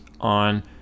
on